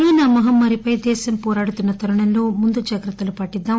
Covid మహమ్మారిపై దేశం పోరాడుతున్న తరుణంలో ముందు జాగ్రత్తలను పాటిద్దాం